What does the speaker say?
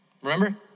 Remember